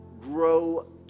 grow